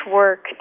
work